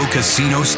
Casino